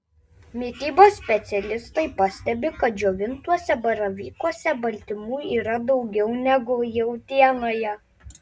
mitybos specialistai pastebi kad džiovintuose baravykuose baltymų yra daugiau negu jautienoje